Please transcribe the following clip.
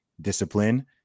discipline